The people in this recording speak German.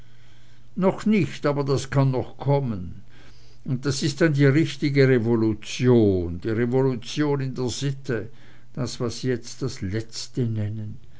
noch nicht aber das kann auch noch kommen und das ist dann die richtige revolution die revolution in der sitte das was sie jetzt das letzte nennen